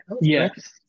Yes